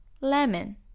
lemon